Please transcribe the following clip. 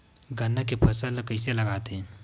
गन्ना के फसल ल कइसे लगाथे?